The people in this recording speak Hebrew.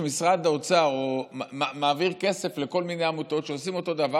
משרד האוצר מעביר כסף לכל מיני עמותות שעושות אותו דבר,